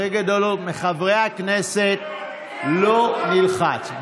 לחלק גדול מחברי הכנסת לא נלחץ.